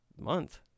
month